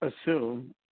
assume